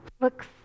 looks